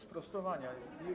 Sprostowania.